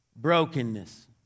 brokenness